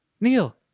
Neil